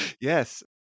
Yes